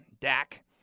Dak